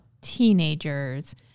teenagers